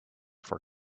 for